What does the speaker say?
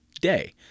day